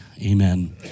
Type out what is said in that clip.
Amen